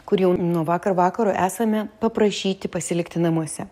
kur jau nuo vakar vakaro esame paprašyti pasilikti namuose